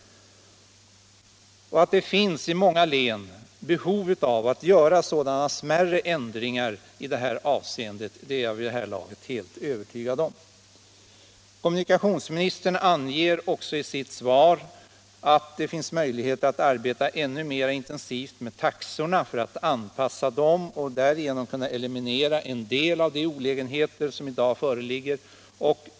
Att det i många län finns behov av att göra sådana smärre ändringar i detta avseende är jag vid det här laget helt övertygad om. Kommunikationsministern anger också i sitt svar att det finns möjlighet att arbeta ännu mera intensivt med taxorna för att anpassa dem och därigenom kunna eliminera en del av de olägenheter som i dag föreligger.